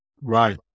Right